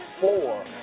four